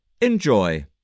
Enjoy